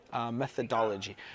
methodology